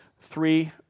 three